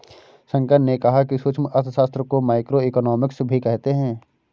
शंकर ने कहा कि सूक्ष्म अर्थशास्त्र को माइक्रोइकॉनॉमिक्स भी कहते हैं